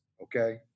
Okay